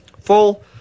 full